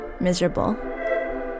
miserable